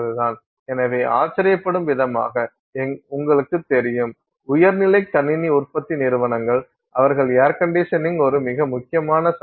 எனவே ஆச்சரியப்படும் விதமாக உங்களுக்குத் தெரியும் உயர்நிலை கணினி உற்பத்தி நிறுவனங்கள் அவர்களுக்கு ஏர் கண்டிஷனிங் ஒரு மிக முக்கியமான சவால்